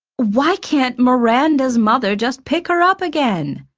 why can't miranda's mother just pick her up again?